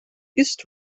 ist